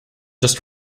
just